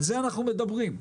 על זה אנחנו מדברים.